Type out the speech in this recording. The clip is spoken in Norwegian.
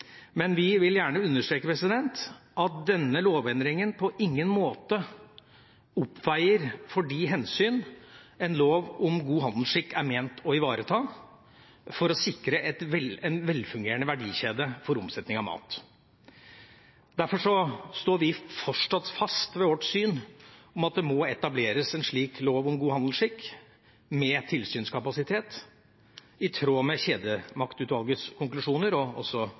men vi vil gjerne understreke at denne lovendringa på ingen måte veier opp for de hensyn en lov om god handelsskikk er ment å ivareta for å sikre en velfungerende verdikjede for omsetning av mat. Derfor står vi fortsatt fast ved vårt syn om at det må etableres en slik lov om god handelsskikk med tilsynskapasitet i tråd med kjedemaktutvalgets konklusjoner og også